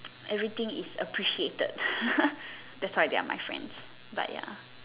everything is appreciated that's what I tell my friends but ya